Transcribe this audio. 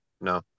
no